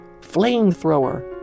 flamethrower